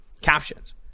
captions